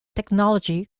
technology